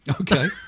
Okay